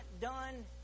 done